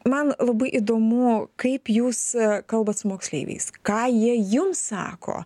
man labai įdomu kaip jūs kalbat su moksleiviais ką jie jum sako